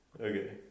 Okay